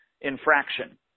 infraction